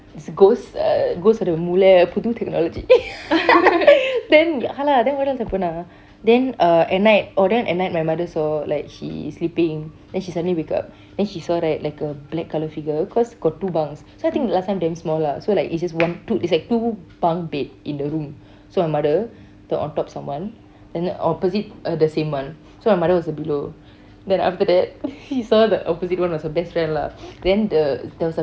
it's ghost uh ghost ஒட மூலை புது:ota moolai putu technology then ya lah then what else happen ah then uh at night oh then at night my mother saw like she sleeping then she suddenly wake up then she saw right like a black colour figure cause got two bunks so I think last time damn small lah so like it's just one two it's like two bunk bed in the room so my mother the on top someone then the opposite uh the same one so my mother was a below then after that she saw the opposite one was her best friend lah then the there was a